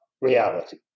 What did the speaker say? reality